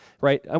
right